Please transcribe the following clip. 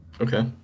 Okay